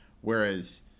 whereas